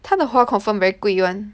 它的 hall confirm very 贵 [one]